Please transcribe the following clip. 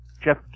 Jeff